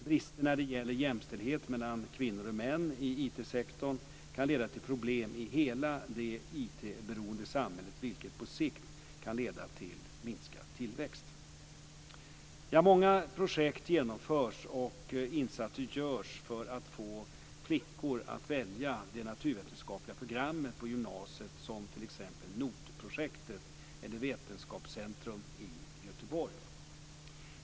Brister när det gäller jämställdhet mellan kvinnor och män i IT-sektorn kan leda till problem i hela det IT-beroende samhället, vilka på sikt kan leda till minskad tillväxt. Många projekt genomförs och insatser görs för att få flickor att välja det naturvetenskapliga programmet på gymnasiet, som t.ex. NOT-projektet eller Vetenskapscentrum i Göteborg.